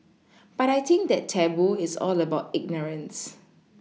but I think that taboo is all about ignorance